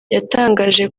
yatangaje